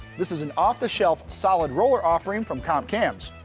this is an off the shelf solid roller offering from comp cams.